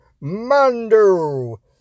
Mando